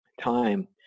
Time